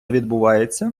відбувається